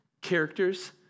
characters